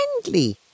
friendly